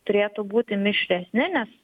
turėtų būti mišresni nes